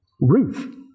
Ruth